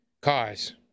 cause